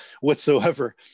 whatsoever